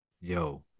yo